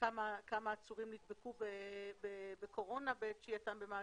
כמה עצורים נדבקו בקורונה בעת שהייתם במעצר?